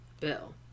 Bill